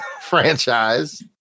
franchise